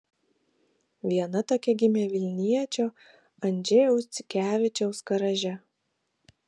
viena tokia gimė vilniečio andžejaus dzikevičiaus garaže